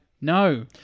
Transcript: no